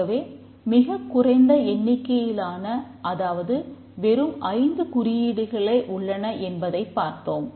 ஆகவே மிகக் குறைந்த எண்ணிக்கையிலான அதாவது வெறும் 5 குறியீடுகளே உள்ளன என்பதைப் பார்த்தோம்